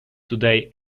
today